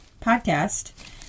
podcast